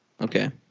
Okay